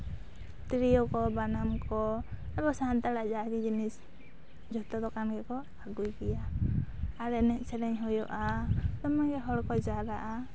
ᱛᱨᱤᱭᱳ ᱠᱚ ᱵᱟᱱᱟᱢ ᱠᱚ ᱟᱵᱚ ᱥᱟᱱᱛᱟᱲᱟᱜ ᱡᱟᱜᱮ ᱡᱤᱱᱤᱥ ᱡᱷᱚᱛᱚ ᱫᱚᱠᱟᱱ ᱜᱮᱠᱚ ᱟᱹᱜᱩᱭ ᱜᱮᱭᱟ ᱟᱨ ᱮᱱᱮᱡ ᱥᱮᱨᱮᱧ ᱦᱩᱭᱩᱜᱼᱟ ᱫᱚᱢᱮ ᱜᱮ ᱦᱚᱲ ᱠᱚ ᱡᱟᱣᱨᱟᱜᱼᱟ